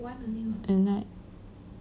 at night